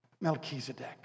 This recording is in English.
Melchizedek